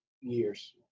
years